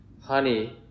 honey